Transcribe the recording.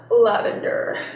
lavender